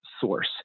source